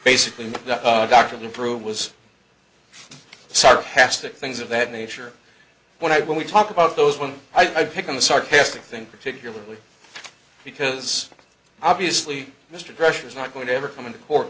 basically the doctor to prove was sarcastic things of that nature when i when we talk about those when i pick on the sarcastic think particularly because obviously mr pressure is not going to ever come into court